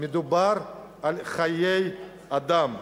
מדובר על חיי אדם.